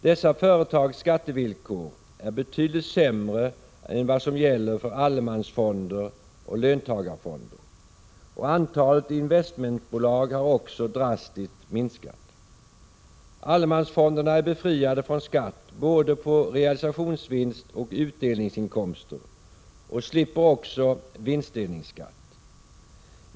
Dessa företags skattevillkor är betydligt sämre än vad som gäller för allemansfonder och löntagarfonder, och antalet investmentbolag har också drastiskt minskat. Allemansfonderna är befriade från skatt både på realisationsvinst och utdelningsinkomster och slipper även vinstdelningsskatt.